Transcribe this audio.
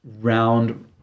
round